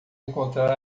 encontrar